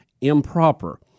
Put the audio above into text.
improper